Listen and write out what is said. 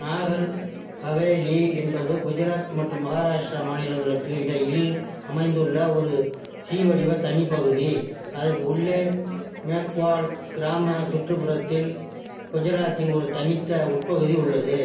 நாகர் ஹவேலி என்பது குஜராத் மற்றும் மகாராஷ்டிரா மாநிலங்களுக்கு இடையில் அமைந்துள்ள ஒரு சி வடிவ தனிப்பகுதி அதற்கு உள்ளே மேக்வால் கிராமச் சுற்றுப்புறத்தில் குஜராத்தின் ஒரு தனித்த உட்பகுதி உள்ளது